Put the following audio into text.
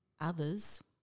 others